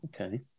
okay